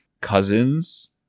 cousins